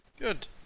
Good